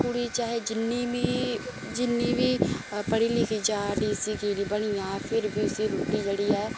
कुडी चाहे जिन्नी बी जिन्नी बी पढी लिखी जाए डीसी की नी बनी जाए फिर बी उसी रुट्टी जेहड़ी